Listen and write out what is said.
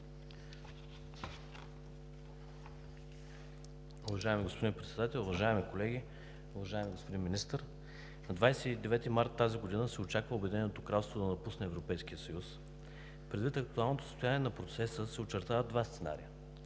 Уважаеми господин Председател, уважаеми колеги! Уважаеми господин Министър, на 29 март тази година се очаква Обединеното кралство да напусне Европейския съюз. Предвид актуалното състояние на процеса, се очертават два сценария: